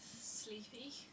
Sleepy